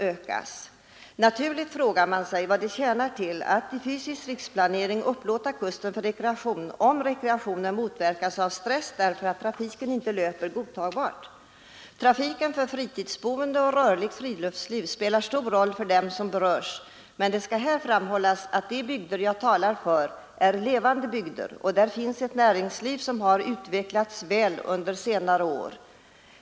Det är naturligt att man frågar sig vad det tjänar till att i den fysiska riksplaneringen upplåta kusten för rekreation om rekreationen motverkas av stress därför att trafiken inte löper godtagbart. Trafiken för fritidsboende och rörligt friluftsliv spelar stor roll för dem som berörs, men det skall här framhållas att de bygder jag talar för är levande bygder där det finns ett näringsliv som har utvecklats väl under senare År.